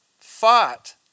fought